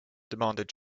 demanded